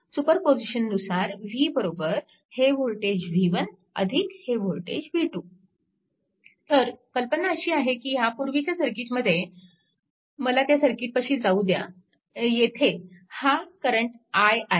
सुपरपोजिशननुसार v हे voltage v1 अधिक हे वोल्टेज v2 तर कल्पना अशी आहे की ह्यापूर्वीच्या सर्किटमध्ये मला त्या सर्किटपाशी जाऊ द्या येथे हा करंट i आहे